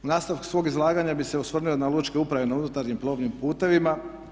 U nastavku svog izlaganja bih se osvrnuo na lučke uprave na unutarnjim plovnim putevima.